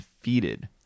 defeated